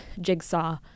Jigsaw